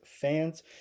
fans